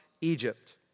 Egypt